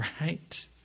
right